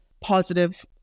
positive